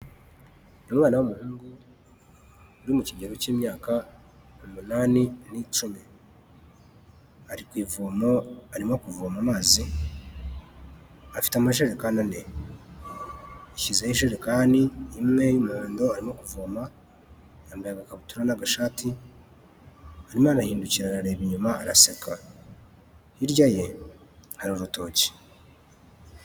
Uyu umwana w'umuhungu, uri mu kigero cy'imyaka umunani n'icumi, ari ku ivomo arimo kuvoma amazi, afite amajerekani ane, yashyizeho ijerekani imwe y'umuhondo arimo kuvoma, yambaye agakabutura n'agashati, arimo arahindukira arareba inyuma araseka, hirya ye hari urutoki.